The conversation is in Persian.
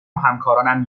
همکاران